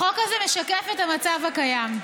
החוק הזה משקף את המצב הקיים.